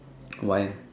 why eh